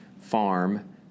farm